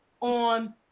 on